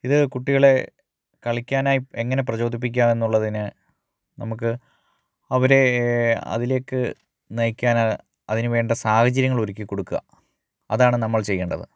ഇത് കുട്ടികളെ കളിക്കാനായി എങ്ങനെ പ്രചോദിപ്പിക്കാമെന്നുള്ളതിന് നമുക്ക് അവരെ അതിലേക്ക് നയിക്കാന് അതിന് വേണ്ട സാഹചര്യങ്ങളൊരുക്കി കൊടുക്കുക അതാണ് നമ്മൾ ചെയ്യേണ്ടത്